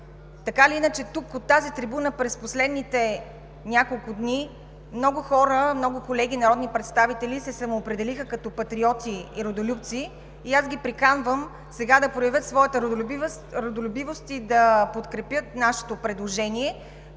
братски народ. Тук, от тази трибуна, през последните няколко дни много хора, много колеги народни представители се самоопределиха като патриоти и родолюбци и аз ги приканвам сега да проявят своята родолюбивост и да подкрепят нашето предложение.